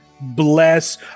bless